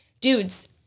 dudes